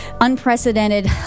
unprecedented